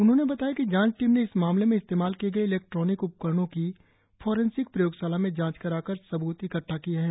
उन्होंने बताया कि जांच टीम ने इस मामले में इस्तेमाल किए गए इलेक्ट्रॉनिक उपकरणों की फॉरेंसिंक प्रयोगशाला में जांच कराकर सबूत इकट्ठा किए है